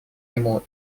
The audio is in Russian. нему